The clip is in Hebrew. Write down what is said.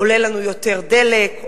עולה לנו יותר הדלק,